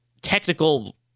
technical